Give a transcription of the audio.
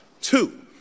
Two